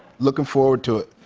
looking forward to it.